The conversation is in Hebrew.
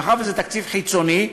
מאחר שזה תקציב חיצוני,